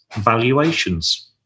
valuations